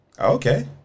Okay